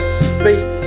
speak